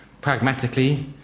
Pragmatically